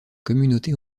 communauté